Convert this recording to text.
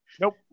Nope